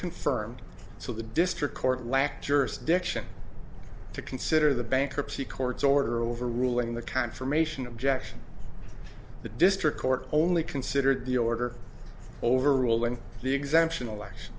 confirmed so the district court lacked jurisdiction to consider the bankruptcy court's order overruling the confirmation objection the district court only considered the order overruling the exemption election